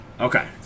Okay